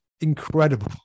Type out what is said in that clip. incredible